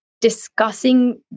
discussing